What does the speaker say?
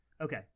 Okay